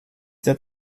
der